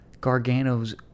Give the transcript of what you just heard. Gargano's